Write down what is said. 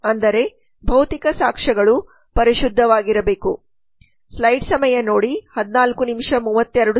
ಅಂದರೆ ಭೌತಿಕ ಸಾಕ್ಷ್ಯಗಳು ಪರಿಶುದ್ಧವಾಗಿರಬೇಕು